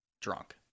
drunk